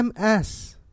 MS